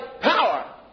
power